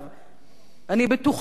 אני בטוחה ומשוכנעת.